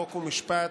חוק ומשפט: